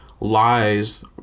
Lies